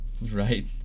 Right